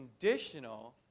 conditional